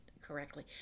correctly